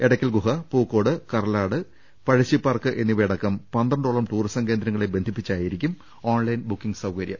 എടക്കൽ ഗുഹ പൂക്കോട് കർലാട് പഴശ്ശി പാർക്ക് എന്നിവയടക്കം പന്ത്രണ്ടോളം ടൂറിസം കേന്ദ്രങ്ങളെ ബന്ധിപ്പിച്ചായിരിക്കും ഓൺലൈൻ ബുക്കിംഗ് സൌകര്യം